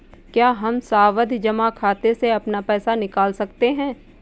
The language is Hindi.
क्या हम सावधि जमा खाते से अपना पैसा निकाल सकते हैं?